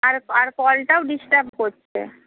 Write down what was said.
আর আর কলটাও ডিসটার্ব করছে